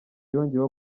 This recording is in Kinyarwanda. yongeyeho